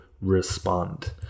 respond